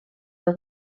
the